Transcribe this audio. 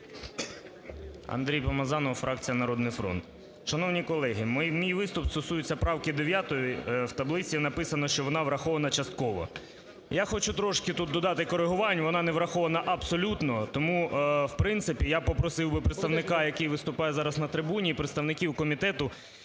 Андрій Помазанов, фракція "Народний фронт". Шановні колеги, мій виступ стосується правки 9-ї, в таблиці написано, що вона врахована частково. Я хочу трошки тут додати корегувань, вона не врахована абсолютно. Тому в принципі я би попросив представника, який виступає зараз на трибуні, і представників комітету